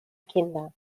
kinder